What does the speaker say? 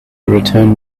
return